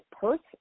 person